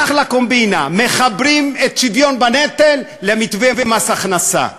אחלה קומבינה: מחברים את השוויון בנטל למתווה מס הכנסה,